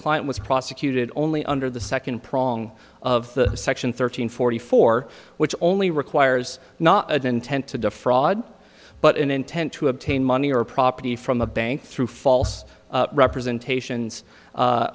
client was prosecuted only under the second prong of the section thirteen forty four which only requires not an intent to defraud but an intent to obtain money or property from a bank through false representations